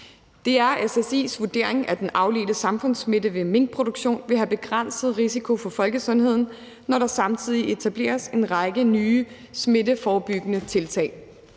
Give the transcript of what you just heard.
Det er SSI's vurdering, at den afledte samfundssmitte ved minkproduktion vil have begrænset risiko for folkesundheden, når der samtidig etableres en række nye smitteforebyggende tiltag.